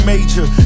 Major